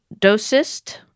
Dosist